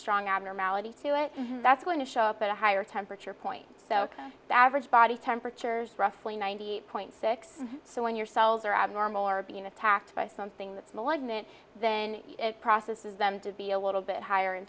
strong abnormality to it that's going to show up at a higher temperature point average body temperatures roughly ninety eight point six so when your cells are abnormal or being attacked by something that's malignant then it processes them to be a little bit higher in